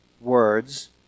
words